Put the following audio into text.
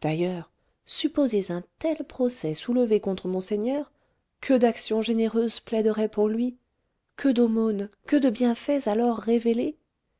d'ailleurs supposez un tel procès soulevé contre monseigneur que d'actions généreuses plaideraient pour lui que d'aumônes que de bienfaits alors révélés